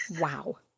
Wow